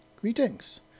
Greetings